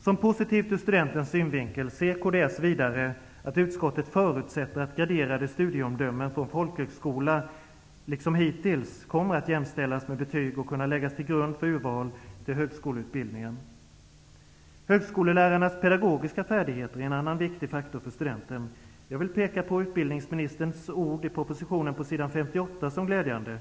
Som positivt ur studentens synvinkel ser kds vidare att utskottet förutsätter att graderade studieomdömen från folkhögskola liksom hittills kommer att jämställas med betyg och kunna läggas till grund för urval till högskoleutbildning. Högskolelärarnas pedagogiska färdigheter är en annan viktig faktor för studenten. Jag vill peka på utbildningsministerns ord på s. 58 i propositionen som glädjande: